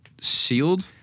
sealed